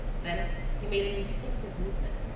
then he made an instinctive movement,